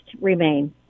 remain